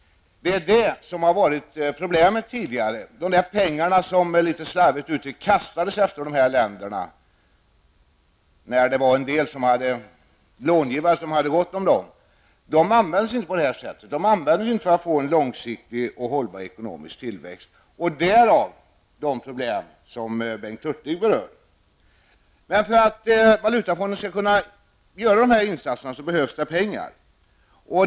Detta har tidigare varit problemet. Dessa pengar kastades, litet slarvigt uttryckt, efter dessa länder när det fanns långivare som hade gott om dem. De användes dock inte på det här sättet för att få en långsiktig och hållbar ekonomisk tillväxt. Därav kommer de problem som Bengt Hurtig berör. För att Valutafonden skall kunna göra de här insatserna behövs det pengar.